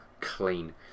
clean